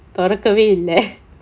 தொறக்கவே இல்ல:thorakavae illa